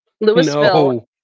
Louisville